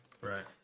right